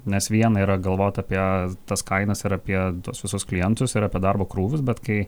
nes viena yra galvot apie tas kainas ar apie tuos visus klientus ir apie darbo krūvius bet kai